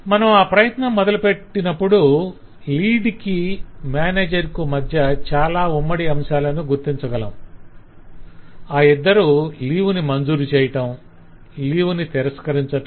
మనం ఆ ప్రయత్నం మొదలుపెట్టినప్పుడు లీడ్ కి మేనేజర్ కు మధ్య చాలా ఉమ్మడి అంశాలను గుర్తించగలం - ఆ ఇద్దరూ లీవ్ ని మంజూరు చేయటం 'approve leave' లీవ్ ని తిరస్కరించటం 'reject leave'